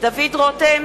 דוד רותם,